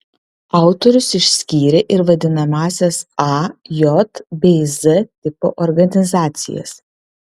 autorius išskyrė ir vadinamąsias a j bei z tipo organizacijas